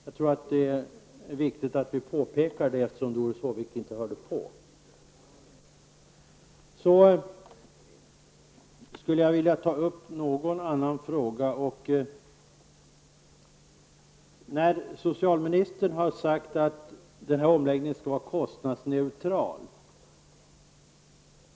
Jag tror att det är viktigt att påpeka, eftersom Doris Håvik inte hörde på. Socialministern har -- visserligen under press -- sagt att denna omläggning skall vara kostnadsneutral.